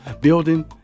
building